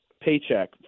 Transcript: paycheck